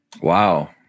wow